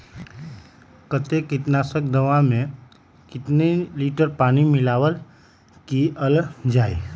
कतेक किटनाशक दवा मे कितनी लिटर पानी मिलावट किअल जाई?